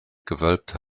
gewölbte